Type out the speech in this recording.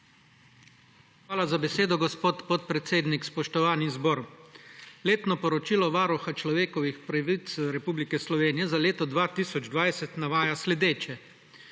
Hvala za besedo, gospod podpredsednik. Spoštovani zbor! Letno poročilo Varuha človekovih pravic Republike Slovenije za leto 2020 navaja naslednje: